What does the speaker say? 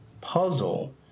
puzzle